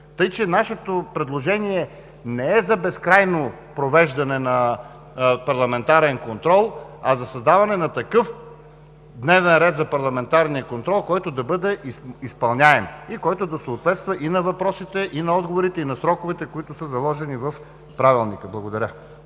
Така че нашето предложение не е за безкрайно провеждане на парламентарен контрол, а за създаване на такъв дневен ред за парламентарния контрол, който да бъде изпълняем и който да съответства на въпросите, на отговорите и на сроковете, които са заложени в правилника. Благодаря.